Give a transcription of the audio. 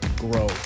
grow